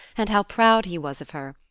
and how proud he was of her,